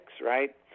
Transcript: right